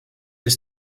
des